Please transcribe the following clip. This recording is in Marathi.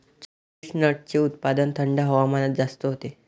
चेस्टनटचे उत्पादन थंड हवामानात जास्त होते